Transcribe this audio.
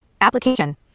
application